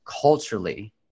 culturally